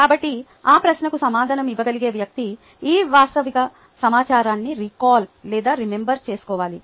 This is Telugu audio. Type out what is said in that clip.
కాబట్టి ఆ ప్రశ్నకు సమాధానం ఇవ్వగలిగే వ్యక్తి ఈ వాస్తవిక సమాచారాన్ని రికాల్ లేదా రిమెంబర్ చేసుకోవాలి